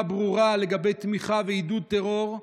ברורה לגבי תמיכה בטרור ועידוד טרור.